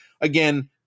again